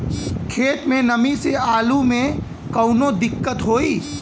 खेत मे नमी स आलू मे कऊनो दिक्कत होई?